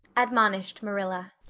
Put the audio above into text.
admonished marilla.